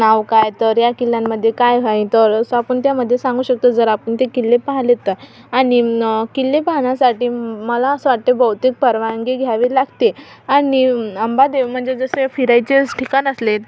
नाव काय तर ह्या किल्ल्यांमध्ये काय आहे तर असं आपण त्यामध्ये सांगू शकतो जर आपण ते किल्ले पाह्यले तर आणि न किल्ले पाहण्यासाठी म मला असं वाटते बहुतेक परवानगी घ्यावी लागते आणि अंबादेवी म्हणजे जसे फिरायचे सं ठिकाण असले